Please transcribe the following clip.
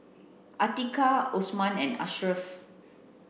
Atiqah Osman and Ashraff